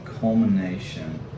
culmination